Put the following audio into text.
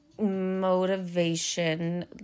Motivation